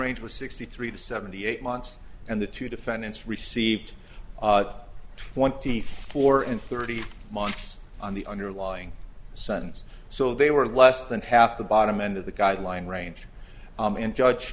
range was sixty three to seventy eight months and the two defendants received up twenty four in thirty months on the underlying sons so they were less than half the bottom end of the guideline range in judge